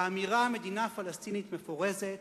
והאמירה "מדינה פלסטינית מפורזת"